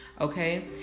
okay